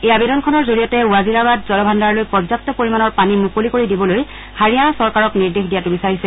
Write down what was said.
এই আবেদনখনৰ জৰিয়তে ৱাজিৰাবাদ জলভাণ্ডাৰলৈ পৰ্যাপ্ত পৰিমাণৰ পানী মুকলি কৰি দিবলৈ হাৰিয়ানা চৰকাৰক নিৰ্দেশ দিয়াটো বিচাৰিছে